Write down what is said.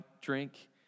drink